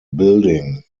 building